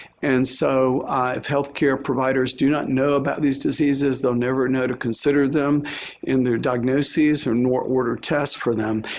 and so if healthcare providers do not know about these diseases, they'll never know to consider them in their diagnoses or nor order test for them.